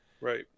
Right